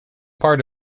part